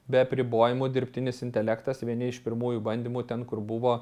be apribojimų dirbtinis intelektas vieni iš pirmųjų bandymų ten kur buvo